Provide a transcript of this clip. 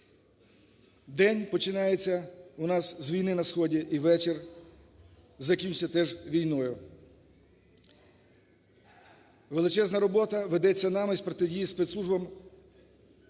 День починається у нас з війни на сході і вечір закінчується теж війною. Величезна робота ведеться нами з протидії спецслужбам